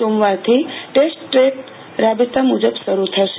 સોમવારથી test track રાબેતા મુજબ શરૂ થ શે